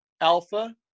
Alpha